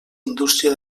indústria